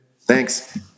Thanks